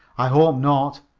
i hope not.